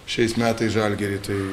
šiais metais žalgiry tai